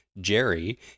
Jerry